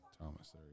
Thomas